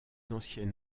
ancienne